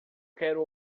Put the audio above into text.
quero